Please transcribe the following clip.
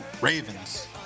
Ravens